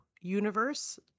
universe